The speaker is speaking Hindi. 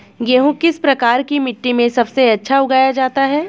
गेहूँ किस प्रकार की मिट्टी में सबसे अच्छा उगाया जाता है?